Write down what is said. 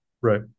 Right